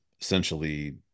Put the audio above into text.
essentially